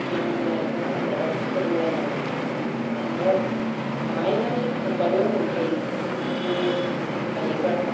ना हमनायखौबो आंखो रावबो फोरोंलाय नाङा नाखौ आं हानायमानि हमबानो मोनखायो नै हायोबा